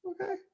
Okay